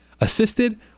assisted